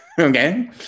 okay